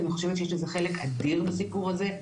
אני חושבת שיש בזה חלק אדיר בסיפור הזה,